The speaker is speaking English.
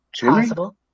Possible